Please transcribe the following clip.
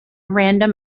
random